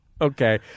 Okay